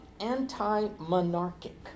anti-monarchic